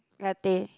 ya teh